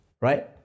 right